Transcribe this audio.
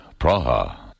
Praha